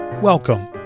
Welcome